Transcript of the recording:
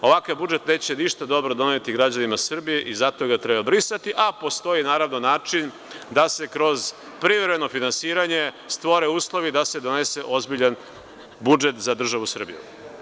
Ovakav budžet neće ništa dobro doneti građanima Srbije i zato ga treba brisati, a postoji, naravno, način da se kroz privremeno finansiranje stvore uslovi da se donese ozbiljan budžet za državu Srbiju.